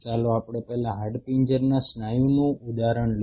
ચાલો પહેલા હાડપિંજરના સ્નાયુનું ઉદાહરણ લઈએ